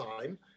time